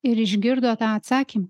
ir išgirdo tą atsakymą